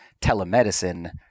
telemedicine